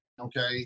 okay